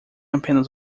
apenas